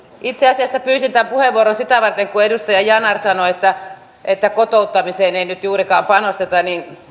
itse asiassa pyysin tämän puheenvuoron sitä varten kun edustaja yanar sanoi että että kotouttamiseen ei nyt juurikaan panosteta